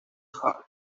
hard